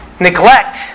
neglect